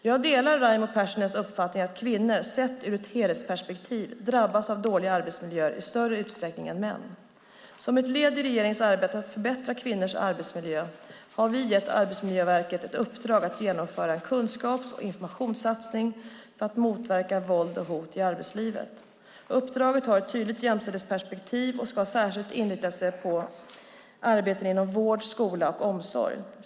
Jag delar Raimo Pärssinens uppfattning att kvinnor, sett ur ett helhetsperspektiv, drabbas av dåliga arbetsmiljöer i större utsträckning än män. Som ett led i regeringens arbete att förbättra kvinnors arbetsmiljö har vi gett Arbetsmiljöverket ett uppdrag att genomföra en kunskaps och informationssatsning för att motverka våld och hot i arbetslivet. Uppdraget har ett tydligt jämställdhetsperspektiv och ska särskilt inrikta sig på arbeten inom vård, skola och omsorg.